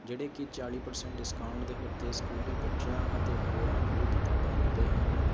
ਜਿਹੜੇ ਕਿ ਚਾਲ਼ੀ ਪਰਸੈਂਟ ਡਿਸਕਾਉਂਟ ਦੇ ਉੱਤੇ ਸਕੂਲੀ ਬੱਚਿਆਂ ਅਤੇ ਹੋਰਾਂ ਨੂੰ ਵੀ ਕਿਤਾਬਾਂ ਦਿੰਦੇ ਹਨ